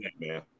man